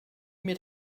mit